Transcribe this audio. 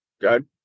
good